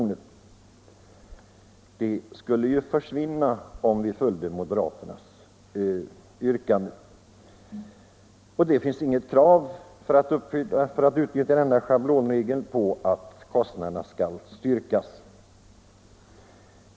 Rätten till ett sådant avdrag skulle ju försvinna om vi följde moderaternas yrkande. Denna schablonregel är inte förbunden med något krav på att kostnaderna skall styrkas.